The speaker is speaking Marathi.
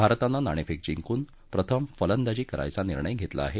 भारतानं नाणेफेक जिंकून प्रथम फलंदाजी करायचा निर्णय घेतला आहे